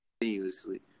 continuously